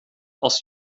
als